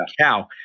cow